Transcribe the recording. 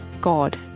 God